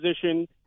position